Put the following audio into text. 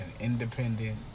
independent